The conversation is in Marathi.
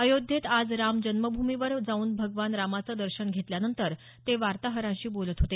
अयोध्येत आज राम जन्मभूमीवर जाऊन भगवान रामाचं दर्शन घेतल्यानंतर ते वार्ताहारंशी बोलत होते